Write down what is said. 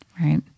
Right